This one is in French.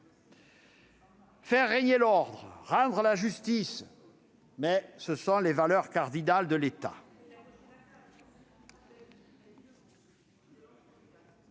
Faire régner l'ordre, rendre la justice : ce sont les valeurs cardinales de l'État.